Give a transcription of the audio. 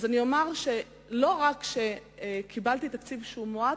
אומר שלא רק שקיבלתי תקציב מועט,